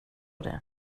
det